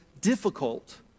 difficult